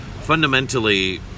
fundamentally